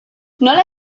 nola